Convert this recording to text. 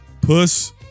Puss